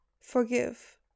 Forgive